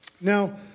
Now